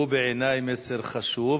שהוא בעיני מסר חשוב,